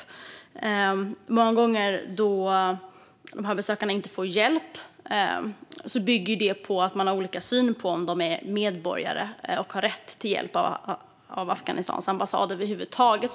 När de här besökarna inte får hjälp bygger det många gånger på att man har olika syn på om de är medborgare och har rätt till hjälp av Afghanistans ambassad över huvud taget.